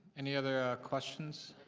any other questions?